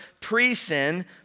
pre-sin